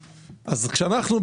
מהחבר'ה: